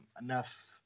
enough